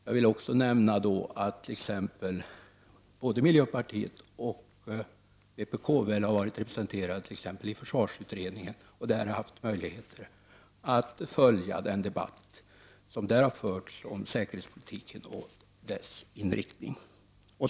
Jag vill här också nämna att både miljöpartiet och vänsterpartiet har varit representerade i t.ex. försvarsutredningen och där har haft möjligheter att följa den debatt som har förts om säkerhetspolitiken och dess inriktning.